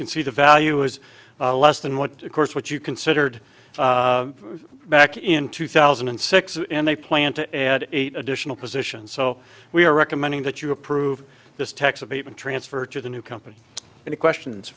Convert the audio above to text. can see the value is less than what of course what you considered back in two thousand and six and they plan to add eight additional positions so we are recommending that you approve this tax of even transfer to the new company any questions